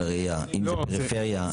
אם זה פריפריה,